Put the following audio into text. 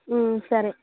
సరే